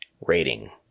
rating